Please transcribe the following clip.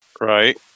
Right